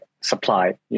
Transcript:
supply